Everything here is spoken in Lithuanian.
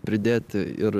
pridėti ir